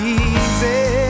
easy